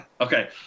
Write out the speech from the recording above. Okay